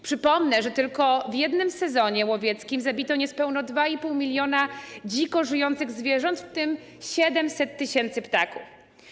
Przypomnę, że tylko w jednym sezonie łowieckim zabito niespełna 2,5 mln dziko żyjących zwierząt, w tym 700 tys. ptaków.